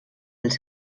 els